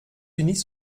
unis